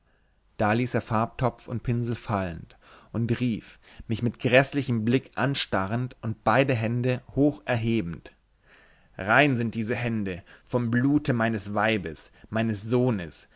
da ließ er farbentopf und pinsel fallen und rief mich mit gräßlichem blick anstarrend und beide hände hoch erhebend rein sind diese hände vom blute meines weibes meines sohnes